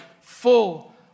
full